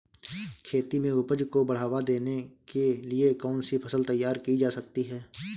खेती में उपज को बढ़ावा देने के लिए कौन सी फसल तैयार की जा सकती है?